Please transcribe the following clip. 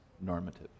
normative